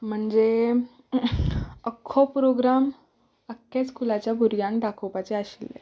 म्हणजे आख्खो प्रोग्राम आख्ख्या स्कुलाच्या भुरग्यांक दाखोपाचें आशिल्लें